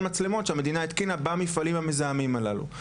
מצלמות שהמדינה התקינה במפעלים המזהמים הללו.